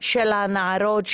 של הנערות,